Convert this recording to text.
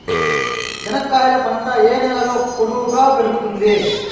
చెనక్కాయలు పంట ఏ నేలలో పొడువుగా పెరుగుతుంది?